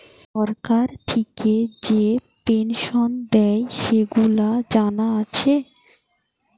সরকার থিকে যে পেনসন দেয়, সেগুলা জানা আছে